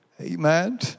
Amen